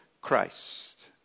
Christ